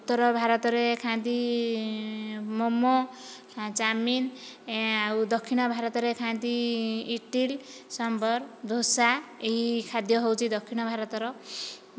ଉତ୍ତର ଭାରତରେ ଖାଆନ୍ତି ମୋମୋ ଚାଉମିନ୍ ଆଉ ଦକ୍ଷିଣ ଭାରତରେ ଖାଆନ୍ତି ଇଡ଼ଲି ଶମ୍ବର୍ ଦୋସା ଏହି ଖାଦ୍ୟ ହେଉଛି ଦକ୍ଷିଣ ଭାରତର